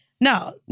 no